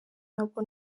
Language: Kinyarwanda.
ntabwo